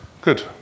Good